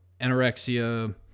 anorexia